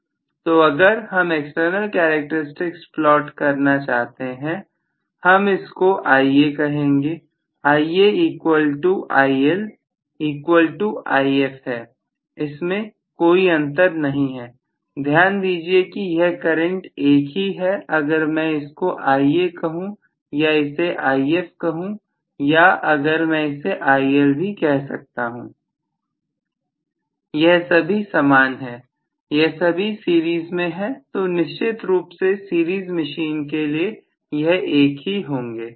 तो अगर हम एक्सटर्नल करैक्टेरिस्टिक्स प्लॉट करना चाहते हैं हम इसको Ia कहेंगे Ia equal to IL equal to If है इनमें कोई अंतर नहीं है ध्यान दीजिए कि यह करंट एक ही है अगर मैं इसको Ia कहूं या इसे If कहो या अगर मैं इसे IL भी कह सकता हूं यह सभी समान है यह सभी सीरीज में है तो निश्चित रूप से सीरीज मशीन के लिए यह एक ही होंगे